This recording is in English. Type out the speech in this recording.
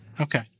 Okay